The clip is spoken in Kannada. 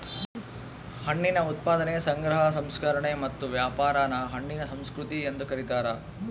ಹಣ್ಣಿನ ಉತ್ಪಾದನೆ ಸಂಗ್ರಹ ಸಂಸ್ಕರಣೆ ಮತ್ತು ವ್ಯಾಪಾರಾನ ಹಣ್ಣಿನ ಸಂಸ್ಕೃತಿ ಎಂದು ಕರೀತಾರ